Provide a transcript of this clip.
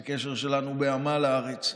את הקשר שלנו בעמל הארץ.